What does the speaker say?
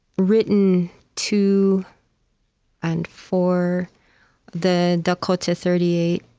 written to and for the dakota thirty eight,